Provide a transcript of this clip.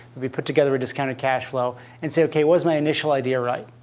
maybe put together a discounted cash flow and say, ok, was my initial idea right?